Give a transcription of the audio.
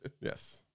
Yes